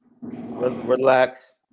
relax